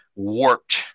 warped